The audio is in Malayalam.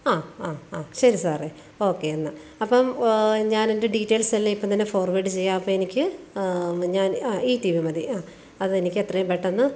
അ അ അ ശരി സാറെ ഓക്കെ എന്നാൽ അപ്പം ഞാനെന്റെ ഡീറ്റെയ്ൽസ് എല്ലാം ഇപ്പം തന്നെ ഫോർവേഡ് ചെയ്യാം അപ്പം എനിക്ക് ഞാൻ ഈ ടീ വി മതി അ അതെനിക്കെത്രയും പെട്ടെന്ന്